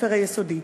בבית-הספר היסודי,